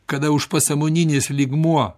kada užpasąmoninis lygmuo